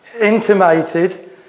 intimated